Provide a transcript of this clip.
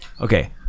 okay